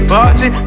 Party